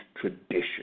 tradition